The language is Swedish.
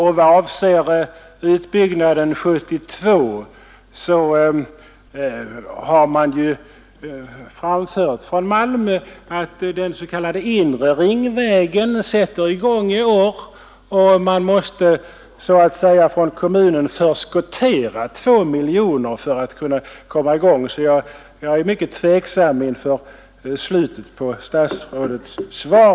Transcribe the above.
Vad avser utbyggnaden 1972 har man från Malmö anfört att den s.k. inre Ringvägen påbörjas i år och att man från kommunen måste förskottera 2 miljoner för att kunna komma i gång. Jag är därför mycket tveksam till slutet av statsrådets svar.